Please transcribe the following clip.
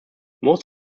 most